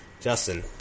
Justin